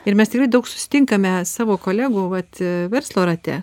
ir mes daug susitinkame savo kolegų vat verslo rate